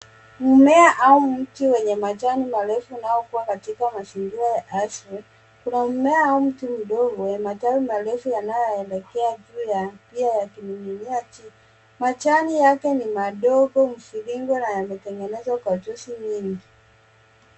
Mmea au mti wenye majani marefu unaokua katika mazingira ya asili. Kuna mmea au mti mdogo wenye matawi marefu yanayoelekea juu pia yakining'inia chini. Majani yake ni madogo mviringo na yametengenezwa vingi.